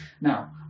Now